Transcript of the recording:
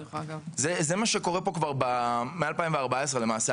זה מה שקורה פה מאז 2014 למעשה.